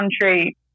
country